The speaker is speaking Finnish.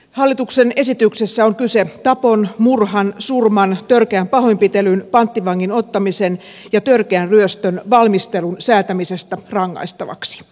hallituksen esityksessä on kyse tapon murhan surman törkeän pahoinpitelyn panttivangin ottamisen ja törkeän ryöstön valmistelun säätämisestä rangaistavaksi